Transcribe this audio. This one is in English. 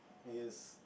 I guess